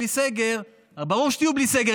"בלי סגר" הרי ברור שתהיו בלי סגר,